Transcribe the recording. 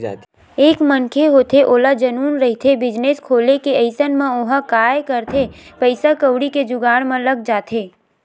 एक मनखे होथे ओला जनुन रहिथे बिजनेस खोले के अइसन म ओहा काय करथे पइसा कउड़ी के जुगाड़ म लग जाथे